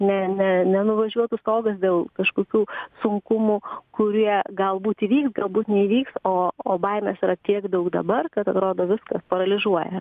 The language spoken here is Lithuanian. ne ne nenuvažiuotų stogas dėl kažkokių sunkumų kurie galbūt įvyks galbūt neįvyks o o baimės yra tiek daug dabar kad atrodo viskas paralyžuoja